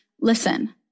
listen